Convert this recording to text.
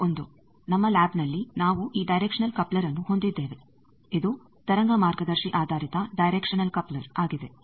ಇದು ಒಂದು ನಮ್ಮ ಲ್ಯಾಬ್ನಲ್ಲಿ ನಾವು ಈ ಡೈರೆಕ್ಷನಲ್ ಕಪ್ಲರ್ನ್ನು ಹೊಂದಿದ್ದೇವೆ ಇದು ತರಂಗ ಮಾರ್ಗದರ್ಶಿ ಆಧಾರಿತ ಡೈರೆಕ್ಷನಲ್ ಕಪ್ಲರ್ ಆಗಿದೆ